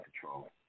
control